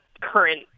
current